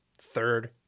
third